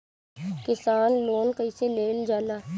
किसान लोन कईसे लेल जाला?